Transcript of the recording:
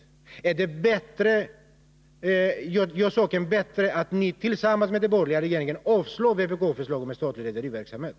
Gör det saken bättre att ni tillsammans med den borgerliga regeringen avslår vpk-förslag om statlig rederiverksamhet?